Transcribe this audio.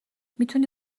میتونی